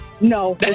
No